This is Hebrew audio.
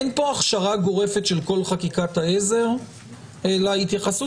אין פה הכשרה גורפת של כל חקיקת העזר אלא התייחסות